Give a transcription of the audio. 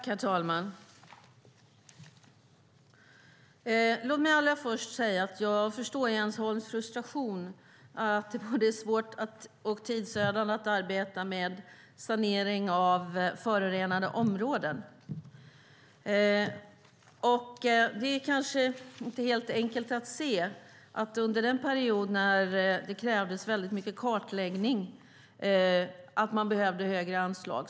Herr talman! Låt mig allra först säga att jag förstår Jens Holms frustration. Det är både svårt och tidsödande att arbeta med saneringen av förorenade områden. Under den period då det krävdes mycket kartläggning behövde man högre anslag.